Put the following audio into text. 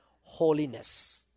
holiness